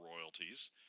royalties